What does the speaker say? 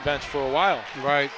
the bench for a while right